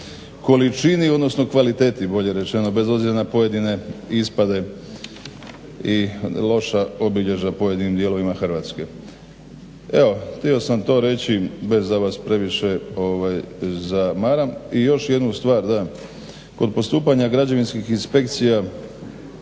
količini, odnosno kvaliteti bolje rečeno, bez obzira na pojedine ispade i loša obilježja u pojedinim dijelovima Hrvatske. Evo htio sam to reći bez da vas previše zamaram. I još jednu stvar, kod postupanja građevinskih inspekcija